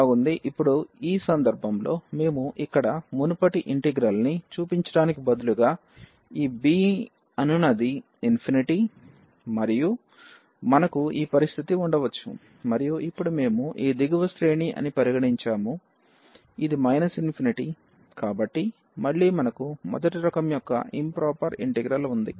బాగుంది ఇప్పుడు ఈ సందర్భంలో మేము ఇక్కడ మునుపటి ఇంటిగ్రల్ ని చూపించడానికి బదులుగా ఈ b అనునది ∞ మరియు మనకు ఈ పరిస్థితి ఉండవచ్చు మరియు ఇప్పుడు మేము ఈ దిగువ శ్రేణి అని పరిగణించాము ఇది ∞ కాబట్టి మళ్ళీ మనకు మొదటి రకం యొక్క ఇంప్రొపెర్ ఇంటిగ్రల్ వుంది